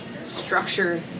structure